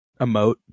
Emote